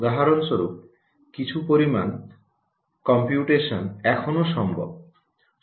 উদাহরণস্বরূপ কিছু পরিমাণ কম্পিউটেশন এখনও সম্ভব